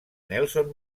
nelson